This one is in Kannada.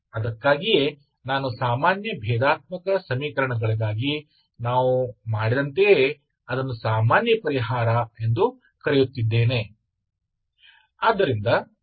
ಅದಕ್ಕಾಗಿಯೇ ನಾನು ಸಾಮಾನ್ಯ ಭೇದಾತ್ಮಕ ಸಮೀಕರಣಗಳಿಗಾಗಿ ನಾವು ಮಾಡಿದಂತೆಯೇ ಅದನ್ನು ಸಾಮಾನ್ಯ ಪರಿಹಾರ ಎಂದು ಕರೆಯುತ್ತಿದ್ದೇನೆ